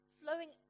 flowing